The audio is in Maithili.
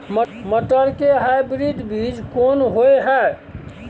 मटर के हाइब्रिड बीज कोन होय है?